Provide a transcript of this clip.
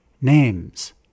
names